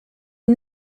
est